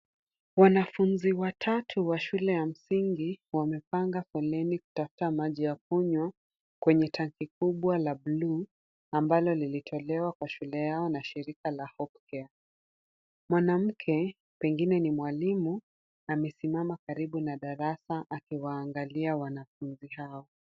Wanafunzi watatu wa shule ya msingi wamepanga foleni kutafuta maji ya kunywa kwenye tanki kubwa la bluu ambalo lilitolewa kwa shule yao na shirika la Hopecare. Mwanamke pengine ni mwalimu, amesimama karibu na darasa akiwaangalia wanafunzi hao.